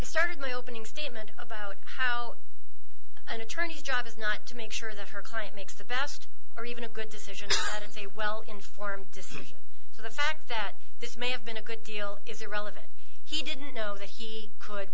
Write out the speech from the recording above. started my opening statement about how an attorney's job is not to make sure that her client makes the best or even a good decision that it's a well informed decision so the fact that this may have been a good deal is irrelevant he didn't know that he could